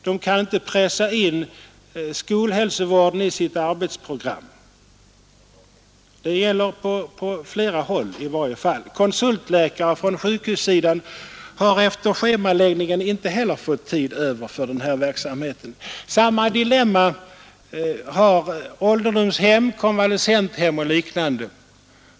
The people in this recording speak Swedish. De kan inte pressa in skolhälsovården i sitt arbetsprogram — i varje fall gäller det på flera håll. Konsultläkare från sjukhussidan har efter schemaläggningen inte heller fått tid över för den här verksamheten. Samma dilemma är det på ålderdomshem, konvalescenthem och liknande.